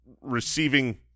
receiving